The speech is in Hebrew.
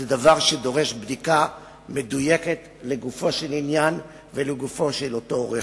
זה דבר שדורש בדיקה מדויקת לגופו של עניין ולגופו של אותו עורך-דין.